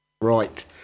Right